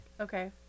okay